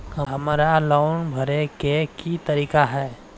हमरा लोन भरे के की तरीका है?